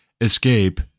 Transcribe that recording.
escape